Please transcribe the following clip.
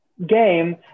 game